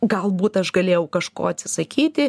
galbūt aš galėjau kažko atsisakyti